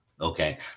Okay